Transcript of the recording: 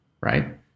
right